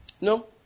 No